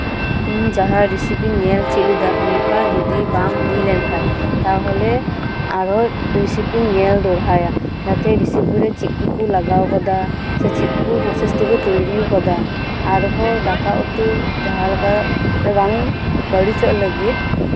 ᱤᱧ ᱡᱟᱦᱟᱸ ᱨᱮᱥᱤᱯᱤᱧ ᱧᱮᱞ ᱪᱮᱫ ᱞᱮᱫᱟ ᱚᱱᱠᱟ ᱡᱩᱫᱤ ᱵᱟᱝ ᱦᱩᱭ ᱞᱮᱱᱠᱷᱟᱱ ᱛᱟᱦᱞᱮ ᱟᱨᱦᱚᱸ ᱨᱮᱥᱤᱯᱤᱧ ᱧᱮᱞ ᱫᱚᱲᱦᱟᱭᱟ ᱱᱚᱛᱮ ᱨᱮᱥᱤᱯᱤ ᱨ ᱮ ᱪᱮᱫ ᱠᱚᱠᱩ ᱞᱟᱜᱟᱣᱠᱟᱫᱟ ᱥᱮ ᱪᱮᱫ ᱠᱩ ᱯᱨᱚᱥᱮᱥ ᱛᱮᱠᱩ ᱛᱳᱭᱨᱤᱣ ᱟᱠᱟᱫᱟ ᱟᱨ ᱦᱚᱸ ᱫᱟᱠᱟ ᱩᱛᱩ ᱡᱟᱦᱟᱸᱞᱮᱠᱟ ᱵᱟᱝ ᱵᱟᱹᱲᱤᱡᱚᱜ ᱞᱟ ᱜᱤᱫ